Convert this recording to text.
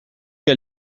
que